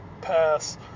pass